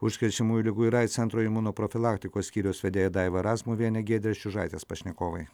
užkrečiamųjų ligų ir aids centro imunoprofilaktikos skyriaus vedėja daiva razmuvienė giedrės čiužaitės pašnekovai